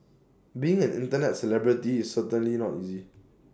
being an Internet celebrity is certainly not easy